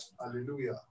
Hallelujah